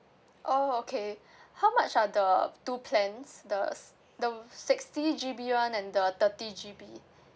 oh okay how much are the two plans the s~ the sixty G_B one and the thirty G_B